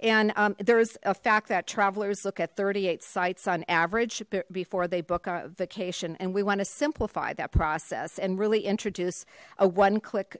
and there's a fact that travelers look at thirty eight sites on average before they book a vacation and we want to simplify that process and really introduce a one click